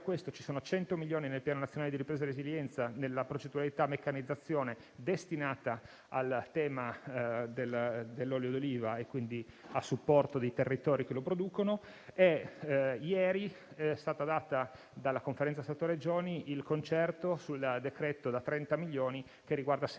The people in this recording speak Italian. questo, ci sono 100 milioni nel Piano nazionale di ripresa e resilienza nella procedura di meccanizzazione destinata al tema dell'olio d'oliva, e quindi a supporto dei territori che lo producono, e ieri è stato dato dalla Conferenza Stato-Regioni il concerto sul decreto da 30 milioni che riguarda sempre